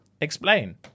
Explain